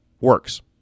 works